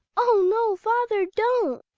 oh! no, father, don't